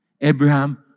Abraham